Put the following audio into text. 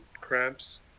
cramps